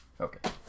okay